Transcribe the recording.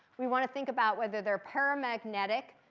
we want to think about whether they're paramagnetic,